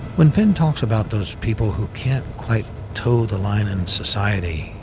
when finn talks about those people who can't quite toe the line in society,